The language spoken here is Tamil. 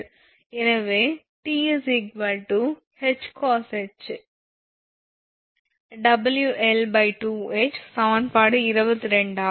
எனவே 𝑇 𝐻cosh𝑊𝐿2𝐻 சமன்பாடு 22 ஆகும்